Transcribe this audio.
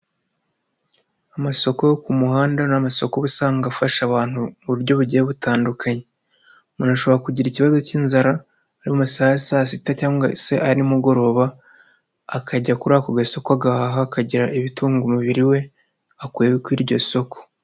Amasoko yo ku muhanda n'amasoko usanga afasha abantu mu buryo bugiye butandukanye, umuntu ashobora kugira ikibazo k'inzara ari mu masaha ya saa sita cyangwa se, ari nimugoroba akajya kuri ako gasoko agahaha akagira ibitunga umubiri we akuye kuri iryo soko.